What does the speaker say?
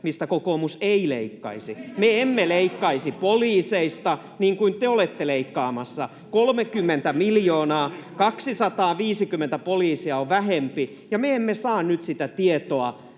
ryhmästä] Me emme leikkaisi poliiseista, niin kuin te olette leikkaamassa — 30 miljoonaa, 250 poliisia on vähempi. Ja me emme saa nyt tietoa